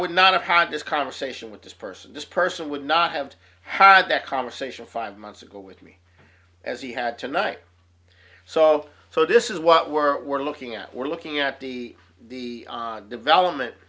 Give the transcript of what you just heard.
would not have had this conversation with this person this person would not have had that conversation five months ago with me as he had tonight so so this is what we're we're looking at we're looking at the the development